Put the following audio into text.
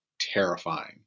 terrifying